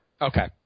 Okay